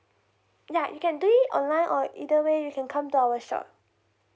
yeah you can do it online or either way you can come to our shop